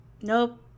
nope